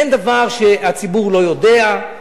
אין דבר שהציבור לא יודע.